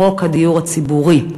חוק הדיור הציבורי.